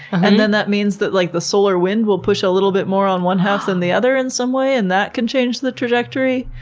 and then that means that like the solar wind will push a little bit more on one half than the other in some way and that can change the trajectory.